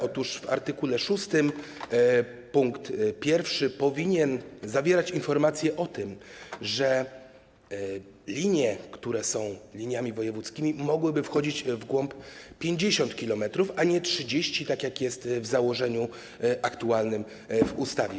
Otóż art. 6 pkt 1 powinien zawierać informację o tym, że linie, które są liniami wojewódzkimi, mogłyby wchodzić w głąb 50 km, a nie 30, tak jak jest w założeniu aktualnym w ustawie.